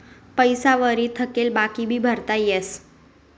पैसा वरी थकेल बाकी भी भरता येस